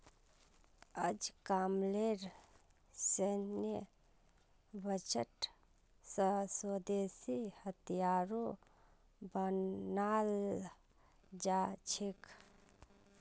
अजकामलेर सैन्य बजट स स्वदेशी हथियारो बनाल जा छेक